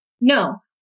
No